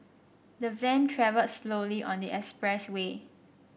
the van travelled slowly on the express way